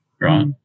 right